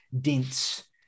dense